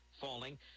falling